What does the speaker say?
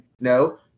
No